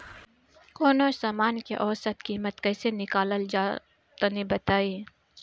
कवनो समान के औसत कीमत कैसे निकालल जा ला तनी बताई?